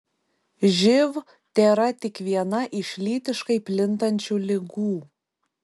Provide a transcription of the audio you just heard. živ tėra tik viena iš lytiškai plintančių ligų